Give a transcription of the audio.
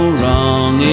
wrong